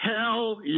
Hell